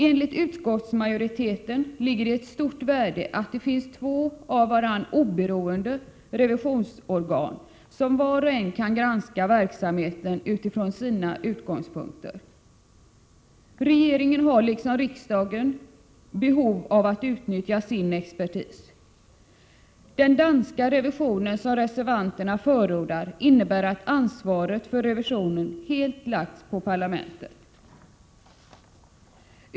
Enligt utskottsmajoriteten ligger det ett stor värde i att det finns två av varandra oberoende revisionsorgan som vart och ett kan granska verksamheten utifrån sina utgångspunkter. Regeringen har liksom riksdagen behov av att utnyttja sin expertis. Den danska modell som reservanterna förordar innebär att ansvaret för revisionen helt har lagts på parlamentet.